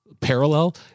parallel